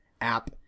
app